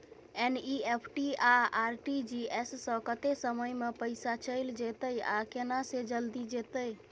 NEFT आ RTGS स कत्ते समय म पैसा चैल जेतै आ केना से जल्दी जेतै?